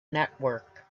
network